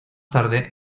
tarde